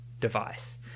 device